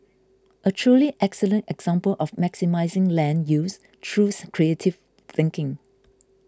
a truly excellent example of maximising land use through creative thinking